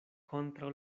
kontraŭ